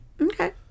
Okay